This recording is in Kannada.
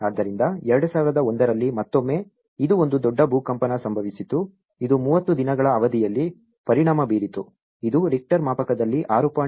ಆದ್ದರಿಂದ 2001 ರಲ್ಲಿ ಮತ್ತೊಮ್ಮೆ ಇದು ಒಂದು ದೊಡ್ಡ ಭೂಕಂಪನ ಸಂಭವಿಸಿತು ಇದು 30 ದಿನಗಳ ಅವಧಿಯಲ್ಲಿ ಪರಿಣಾಮ ಬೀರಿತು ಇದು ರಿಕ್ಟರ್ ಮಾಪಕದಲ್ಲಿ 6